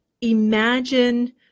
Imagine